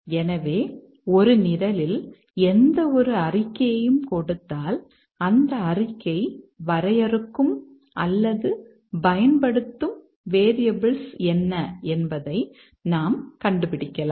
எனவே ஒரு நிரலில் எந்தவொரு அறிக்கையையும் கொடுத்தால் அந்த அறிக்கை வரையறுக்கும் அல்லது பயன்படுத்தும் வேரியபிள்ஸ் என்ன என்பதை நாம் கண்டுபிடிக்கலாம்